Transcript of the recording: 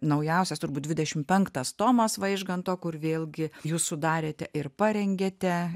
naujausias turbūt dvidešim penktas tomas vaižganto kur vėlgi jūs sudarėte ir parengėte